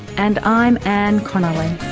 and i'm anne connolly